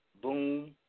Boom